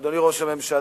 אדוני ראש הממשלה,